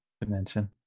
dimension